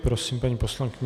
Prosím, paní poslankyně.